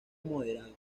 moderado